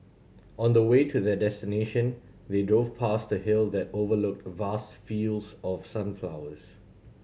on the way to their destination they drove past a hill that overlooked vast fields of sunflowers